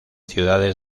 ciudades